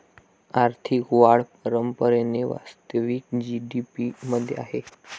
आर्थिक वाढ परंपरेने वास्तविक जी.डी.पी मध्ये आहे